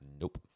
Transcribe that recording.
nope